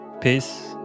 Peace